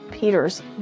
Peter's